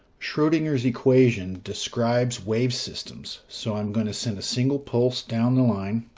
schrodinger's equation describes wave systems. so i'm going to send a single pulse down the line,